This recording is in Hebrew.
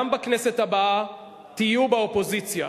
גם בכנסת הבאה תהיו באופוזיציה,